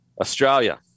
Australia